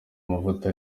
amavuta